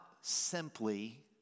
simply